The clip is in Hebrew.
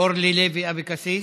אורלי לוי אבקסיס,